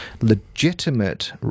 legitimate